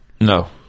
No